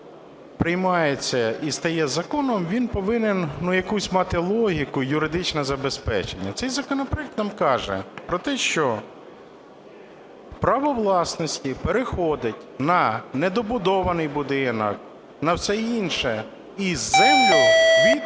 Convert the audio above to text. приймається і стає законом, він повинен якусь мати логіку і юридичне забезпечення. Цей законопроект нам каже про те, що право власності переходить на недобудований будинок, на все інше і землю від